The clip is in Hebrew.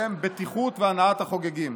בטיחות והנאת החוגגים.